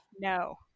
No